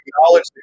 acknowledge